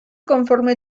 conforme